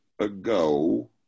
ago